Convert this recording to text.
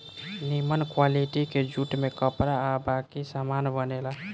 निमन क्वालिटी के जूट से कपड़ा आ बाकी सामान बनेला